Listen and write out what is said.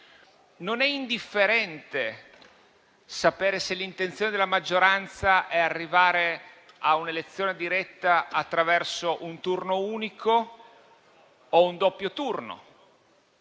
Non è indifferente sapere se l'intenzione della maggioranza sia arrivare a un'elezione diretta attraverso un turno unico o un doppio turno.